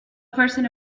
person